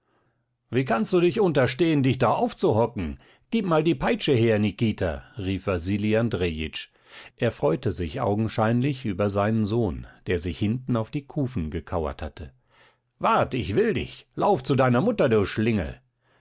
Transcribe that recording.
wie kannst du dich unterstehen dich da aufzuhocken gib mal die peitsche her nikita rief wasili andrejitsch er freute sich augenscheinlich über seinen sohn der sich hinten auf die kufen gekauert hatte wart ich will dich lauf zu deiner mutter du schlingel